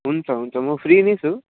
हुन्छ हुन्छ म फ्री नै छु